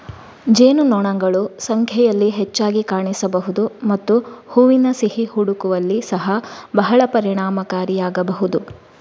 ಜೇನುನೊಣಗಳು ಸಂಖ್ಯೆಯಲ್ಲಿ ಹೆಚ್ಚಾಗಿ ಕಾಣಿಸಬಹುದು ಮತ್ತು ಹೂವಿನ ಸಿಹಿ ಹುಡುಕುವಲ್ಲಿ ಸಹ ಬಹಳ ಪರಿಣಾಮಕಾರಿಯಾಗಬಹುದು